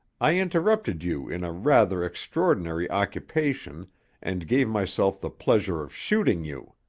i interrupted you in a rather extraordinary occupation and gave myself the pleasure of shooting you.